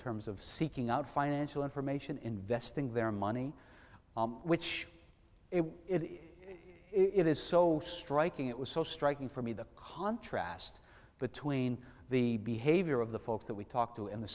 terms of seeking out financial information investing their money which it is so striking it was so striking for me the contrast between the behavior of the folks that we talked to in the